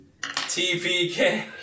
TPK